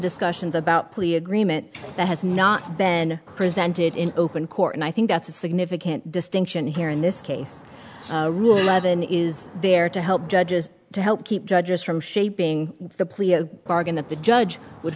discussions about plea agreement that has not been presented in open court and i think that's a significant distinction here in this case rule eleven is there to help judges to help keep judges from shaping the plea bargain that the judge would